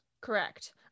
Correct